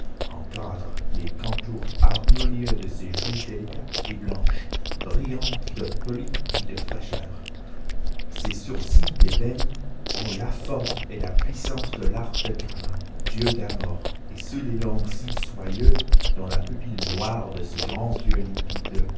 encadre les contours harmonieux de ses joues délicates et blanches brillantes de poli et de fraîcheur ses sourcils d'ébène ont la forme et la puissance de l'arc de kama dieu d'amour et sous ses longs cils soyeux dans la pupille noire de ses grands yeux limpides